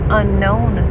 unknown